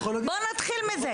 בוא נתחיל מזה.